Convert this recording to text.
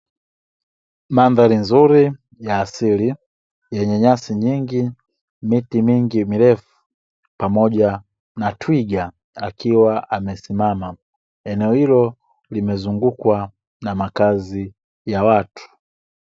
Mandhari nzuri ya asili yenye nyasi nyingi, miti mingi mirefu pamoja na twiga akiwa amesimama. Eneo hilo limezungukwa na makazi ya watu.